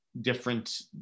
different